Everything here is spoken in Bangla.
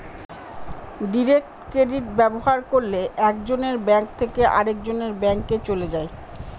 ডিরেক্ট ক্রেডিট ব্যবহার করলে এক জনের ব্যাঙ্ক থেকে আরেকজনের ব্যাঙ্কে চলে যায়